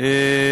אני